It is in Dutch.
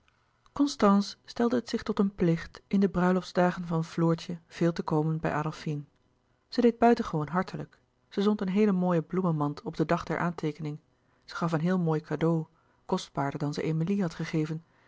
constance stelde het zich tot een plicht in de bruiloftsdagen van floortje veel te komen bij adolfine zij deed buitengewoon hartelijk zij zond een heel mooie bloemenmand op den dag der aanteekening zij gaf een heel mooi cadeau kostbaarder dan zij emilie had gegeven